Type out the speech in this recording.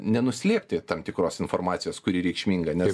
nenuslėpti tam tikros informacijos kuri reikšminga nes